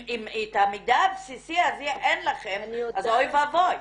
אם את המידע הבסיסי הזה אין לכם, אז אוי ואבוי.